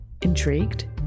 Intrigued